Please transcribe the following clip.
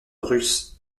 russe